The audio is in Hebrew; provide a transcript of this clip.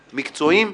מצוין.